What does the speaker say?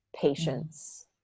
patience